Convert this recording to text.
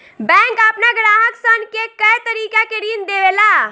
bank आपना ग्राहक सन के कए तरीका के ऋण देवेला